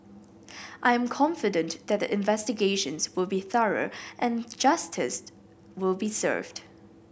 I'm confident that the investigations will be thorough and justice will be served